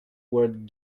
word